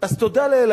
אז תודה לאל,